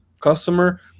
customer